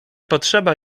potrzeba